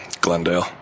Glendale